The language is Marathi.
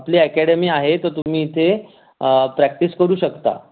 आपली ॲकॅडमी आहे तर तुम्ही इथे प्रॅक्टिस करू शकता